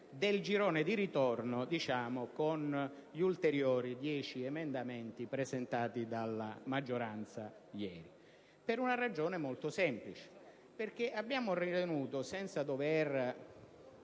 del girone di ritorno, con gli ulteriori 10 emendamenti presentati dalla maggioranza ieri, per una ragione molto semplice. Abbiamo ritenuto, infatti,